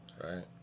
Right